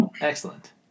excellent